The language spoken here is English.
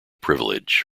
privilege